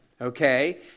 Okay